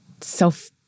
self-